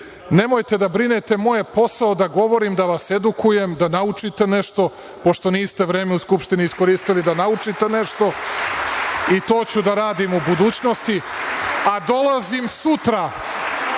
slučaju. Nemojte da brinete, moj je posao da govorim da vas edukujem, da naučite nešto, pošto niste vreme u Skupštini iskoristili da naučite nešto i to ću da radim u budućnosti, a dolazim sutra